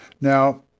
Now